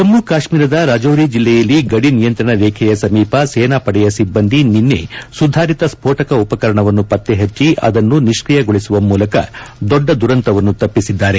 ಜಮ್ಮು ಕಾಶ್ಮೀರದ ರಜೌರಿ ಜಿಲ್ಲೆಯಲ್ಲಿ ಗಡಿ ನಿಯಂತ್ರಣ ರೇಖೆಯ ಸಮೀಪ ಸೇನಾಪಡೆಯ ಸಿಬ್ಬಂದಿ ನಿನ್ನೆ ಸುಧಾರಿತ ಸ್ಪೋಟಕ ಉಪಕರಣವನ್ನು ಪತ್ತೆಹಚ್ಚಿ ಅದನ್ನು ನಿಷ್ಕಿ ಯಗೊಳಿಸುವ ಮೂಲಕ ದೊಡ್ಡ ದುರಂತವನ್ನು ತಪ್ಪಿಸಿದ್ದಾರೆ